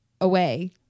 away